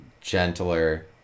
gentler